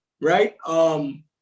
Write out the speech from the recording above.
right